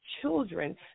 children